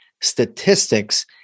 statistics